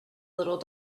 little